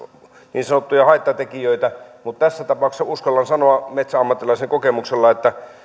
niin sanottuja haittatekijöitä mutta tässä tapauksessa uskallan sanoa metsäammattilaisen kokemuksella että